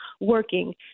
working